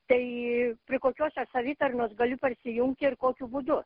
tai prie kokios aš savitarnos galiu prisijungti ir kokiu būdu